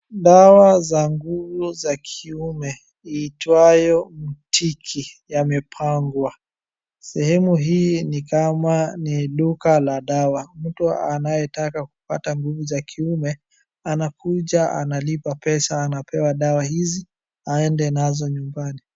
Dawa za nguvu za kiume iitwayo Mtiki yamepangwa. Sehemu hii ni kama ni duka la dawa. Mtu anayetaka kupata nguvu za kiume anakuja analipa pesa anapewa dawa hizi aende nazo nyumbani.